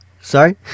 Sorry